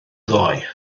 ddoe